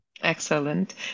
Excellent